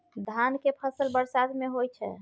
धान के फसल बरसात में होय छै?